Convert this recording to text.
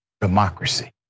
democracy